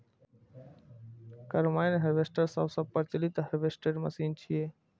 combine harvester सबसं प्रचलित harvester machine छियै